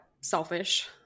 selfish